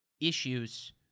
issues